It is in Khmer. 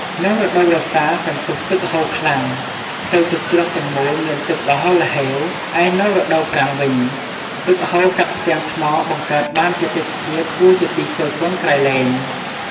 នៅរដូវវស្សាសន្ទុះទឹកហូរខ្លាំង ផ្ទៃទឹកជ្រោះទាំងមូលមានទឹកល្ហរល្ហេវ ឯនៅរដូវប្រាំងវិញ ទឹកហូរកាត់ផ្ទាំងថ្មបង្កើតបានជាទេសភាពគួរជាទីគយគន្ធក្រៃលែង។